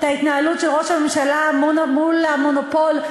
ההתנהלות של ראש הממשלה מול המונופול,